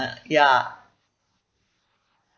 ya